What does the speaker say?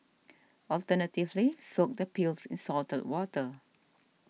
alternatively soak the peels in salted water